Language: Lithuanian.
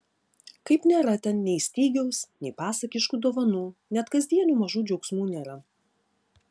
kaip nėra ten nei stygiaus nei pasakiškų dovanų net kasdienių mažų džiaugsmų nėra